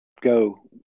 go